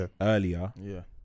earlier